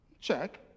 check